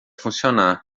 funcionar